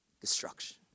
destruction